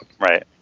Right